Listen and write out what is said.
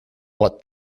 what